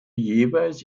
jeweils